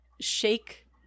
shake